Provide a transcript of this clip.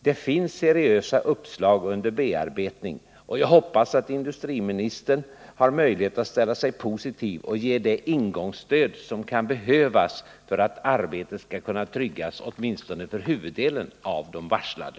Det finns seriösa uppslag under bearbetning, och jag hoppas att industriministern har möjlighet att ställa sig positiv och ge det ingångsstöd som kan behövas för att arbete skall kunna tryggas åtminstone för huvuddelen av de varslade.